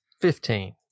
fifteen